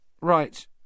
Right